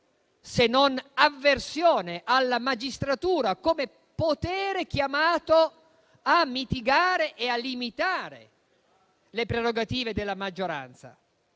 se non avversione, alla magistratura come potere chiamato a mitigare e a limitare le prerogative della maggioranza.